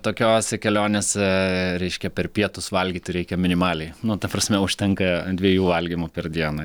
tokiose kelionėse reiškia per pietus valgyt reikia minimaliai nu ta prasme užtenka dviejų valgymų per dieną